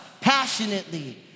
passionately